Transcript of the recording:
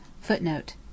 Footnote